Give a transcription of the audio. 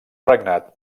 regnat